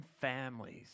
families